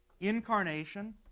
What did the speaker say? incarnation